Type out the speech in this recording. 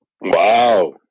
Wow